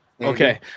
Okay